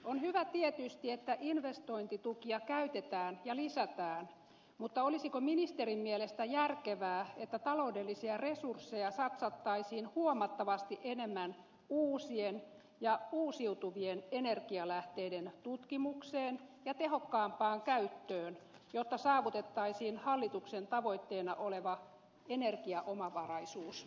on hyvä tietysti että investointitukia käytetään ja lisätään mutta olisiko ministerin mielestä järkevää että taloudellisia resursseja satsattaisiin huomattavasti enemmän uusien ja uusiutuvien energialähteiden tutkimukseen ja tehokkaampaan käyttöön jotta saavutettaisiin hallituksen tavoitteena oleva energiaomavaraisuus